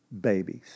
babies